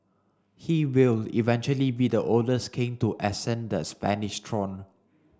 he will eventually be the oldest king to ascend the Spanish throne